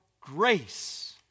grace